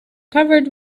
covered